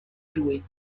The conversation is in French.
jouer